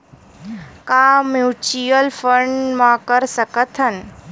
का mutual fund म कर सकत हन?